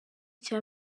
cya